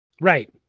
Right